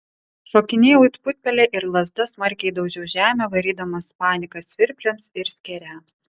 šokinėjau it putpelė ir lazda smarkiai daužiau žemę varydamas paniką svirpliams ir skėriams